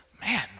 man